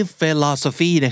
philosophy